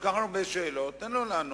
כל כך הרבה שאלות, תן לו לענות.